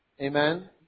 Amen